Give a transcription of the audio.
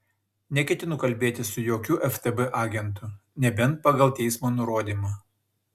neketinu kalbėtis su jokiu ftb agentu nebent pagal teismo nurodymą